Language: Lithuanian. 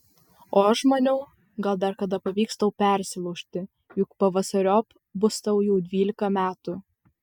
o aš maniau gal dar kada pavyks tau persilaužti juk pavasariop bus tau jau dvylika metų